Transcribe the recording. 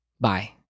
bye